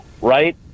right